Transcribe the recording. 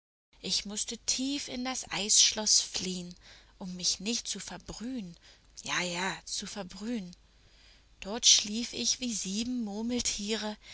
ich mußte tief in das eisschloß fliehen um mich nicht zu verbrühen ja ja zu verbrühen dort schlief ich wie sieben murmeltiere